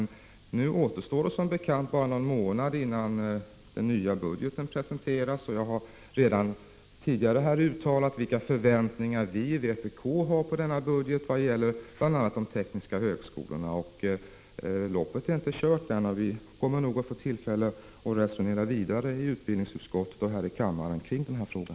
Nu återstår det som bekant bara någon månad innan den nya budgeten presenteras. Jag har redan tidigare uttalat vilka förväntningar vi i vpk har på denna budget, bl.a. när det gäller de tekniska högskolorna. Loppet är inte kört än. Vi kommer nog att få tillfälle att resonera vidare i utbildningsutskottet och här i kammaren om denna fråga.